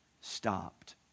stopped